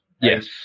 Yes